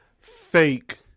fake